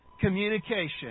communication